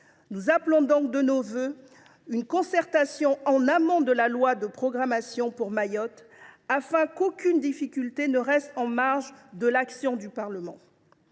Nous appelons donc de nos vœux une concertation en amont du projet de loi de programmation pour Mayotte, afin qu’aucune difficulté ne reste en marge de l’action du Parlement.